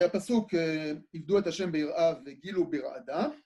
הפסוק, עבדו את השם ביראה, בגיל וברעדה